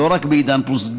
לא רק בעידן פלוס,